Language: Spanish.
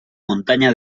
montaña